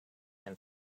and